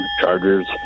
Chargers